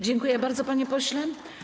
Dziękuję bardzo, panie pośle.